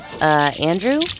Andrew